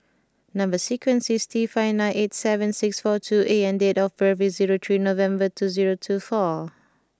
number sequence is T five nine eight seven six four two A and date of birth is three November two two four